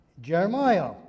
Jeremiah